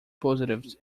positives